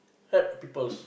hurt peoples